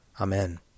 Amen